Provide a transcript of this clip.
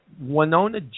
Winona